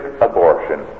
abortion